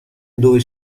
dove